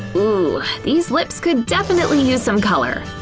ooh, these lips could definitely use some color!